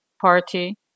party